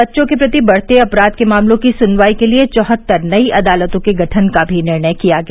बच्चों के प्रति बढ़ते अपराध के मामलों की सुनवाई के लिए चौहत्तर नयी अदालतों के गठन का भी निर्णय किया गया